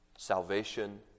Salvation